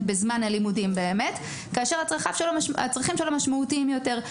בזמן הלימודים כאשר הצרכים שלו משמעותיים יותר,